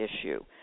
issue